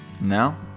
Now